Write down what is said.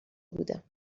بودم